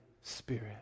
spirit